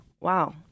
wow